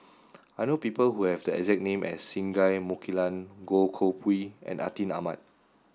I know people who have the exact name as Singai Mukilan Goh Koh Pui and Atin Amat